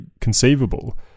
conceivable